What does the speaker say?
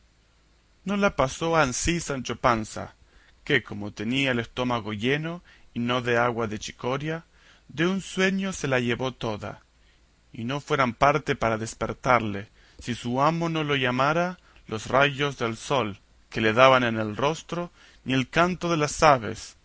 no la pasó ansí sancho panza que como tenía el estómago lleno y no de agua de chicoria de un sueño se la llevó toda y no fueran parte para despertarle si su amo no lo llamara los rayos del sol que le daban en el rostro ni el canto de las aves